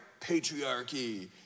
patriarchy